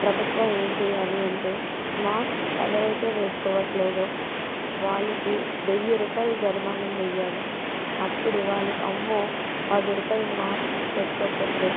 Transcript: ప్రభుత్వం ఏం చేయాలి అంటే మాస్క్ ఎవరైతే వేసుకోవట్లేదో వాళ్ళకి వెయ్యి రూపాయల జరిమాణం వెయ్యాలి అప్పుడు వాళ్ళకు అమ్మో పది రూపాయలు మాస్క్ పెట్టుకోకపోతే